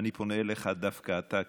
דווקא אתה,